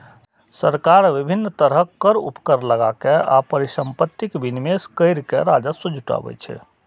सरकार विभिन्न तरहक कर, उपकर लगाके आ परिसंपत्तिक विनिवेश कैर के राजस्व जुटाबै छै